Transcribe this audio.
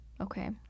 Okay